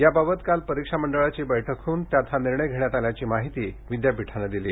याबाबत काल परीक्षा मंडळाची बैठक होऊन त्यात हा निर्णय घेण्यात आल्याची माहिती विद्यापीठाने दिली